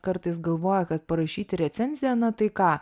kartais galvoja kad parašyti recenziją na tai ką